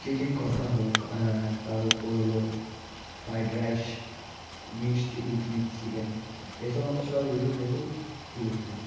chicken কষা হোক তার উপর হলো ফ্রাইড রাইস মিক্সড যে উইথ মিক্সড চিকেন এসব আমি সব ইউটিউব দেখেই শিখেছিলাম